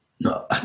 No